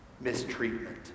mistreatment